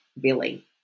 Billy